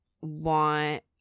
want